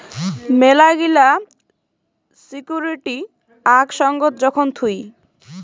মেলাগিলা সিকুইরিটি আক সঙ্গত যখন থুই